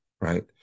Right